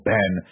Ben